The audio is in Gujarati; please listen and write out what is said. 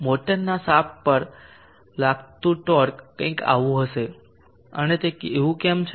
મોટરના શાફ્ટ પર લાગ્યું ટોર્ક કંઈક આવું હશે અને તે એવું કેમ છે